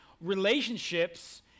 relationships